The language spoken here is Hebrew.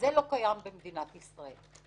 זה לא קיים במדינת ישראל.